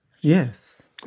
Yes